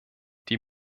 die